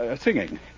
singing